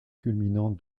culminant